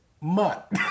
Mutt